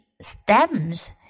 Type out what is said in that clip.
stems